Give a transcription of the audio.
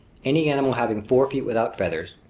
any animal having four feet without feathers,